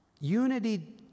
Unity